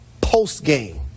post-game